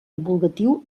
divulgatiu